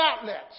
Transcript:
outlets